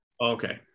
Okay